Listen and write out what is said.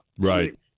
Right